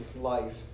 life